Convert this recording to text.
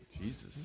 jesus